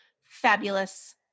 fabulous